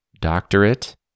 doctorate